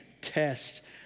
test